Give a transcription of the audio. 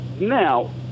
Now